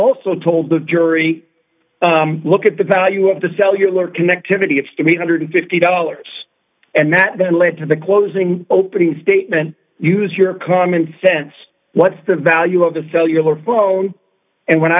also told the jury look at the value of the cellular connectivity it's to be one hundred and fifty dollars and that led to the closing opening statement use your common sense what's the value of the cellular phone and when